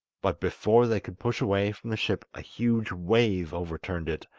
but before they could push away from the ship a huge wave overturned it,